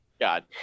God